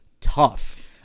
tough